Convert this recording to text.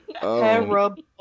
Terrible